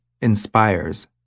inspires